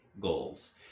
goals